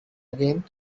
again